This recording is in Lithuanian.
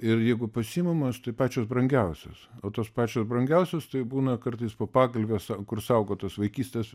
ir jeigu pasiimamos štai pačios brangiausios o tos pačios brangiausios tai būna kartais po pagalve kur saugotos vaikystės